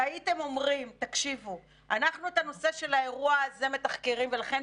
הייתם אומרים: אנחנו את הנושא של האירוע הזה מתחקרים - ולכן,